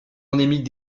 endémiques